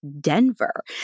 Denver